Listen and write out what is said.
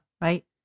right